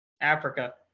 Africa